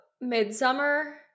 Midsummer